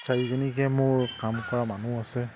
চাৰিজনীকে মোৰ কাম কৰা মানুহ আছে